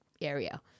area